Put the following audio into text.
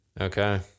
okay